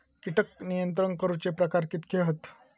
कीटक नियंत्रण करूचे प्रकार कितके हत?